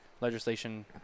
legislation